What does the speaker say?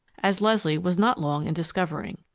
as leslie was not long in discovering.